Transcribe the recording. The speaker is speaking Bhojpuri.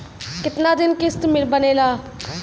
कितना दिन किस्त बनेला?